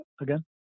again